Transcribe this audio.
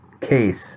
case